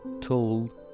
told